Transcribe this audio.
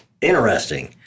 Interesting